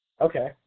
Okay